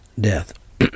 death